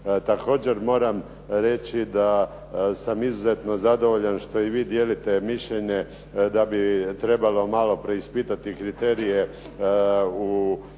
Također moram reći da sam izuzetno zadovoljan što i vi dijelite mišljenje da bi trebalo malo preispitati kriterije u napredovanju